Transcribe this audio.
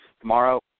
tomorrow